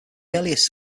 earliest